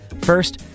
First